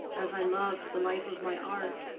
as i loved the life of my art,